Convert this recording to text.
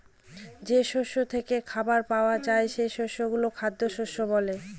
যে শস্য থেকে খাবার পাওয়া যায় সেগুলোকে খ্যাদ্যশস্য বলে